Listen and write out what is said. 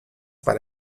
para